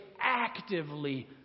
actively